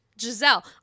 Giselle